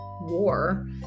war